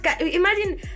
imagine